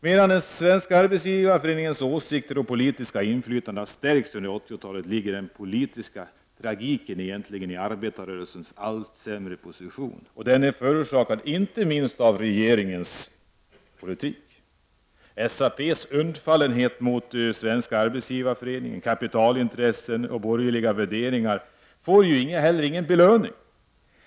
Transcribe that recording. Medan Svenska Arbetsgivareföreningens åsikter och politiska inflytande har stärkts under 80-talet, ligger den politiska tragiken egentligen i arbetarrörelsens allt sämre position, förorsakad av inte minst regeringens politik. SAP:s undfallenhet mot Svenska Arbetsgivareföreningen, kapitalintressena och borgerliga politiska värderingar får ju heller ingen belöning.